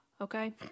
Okay